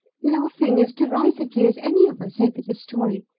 laughing as derisively as any of us over the story,